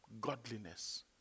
godliness